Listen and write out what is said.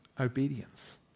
obedience